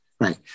Right